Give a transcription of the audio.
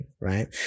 right